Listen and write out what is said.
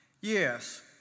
Yes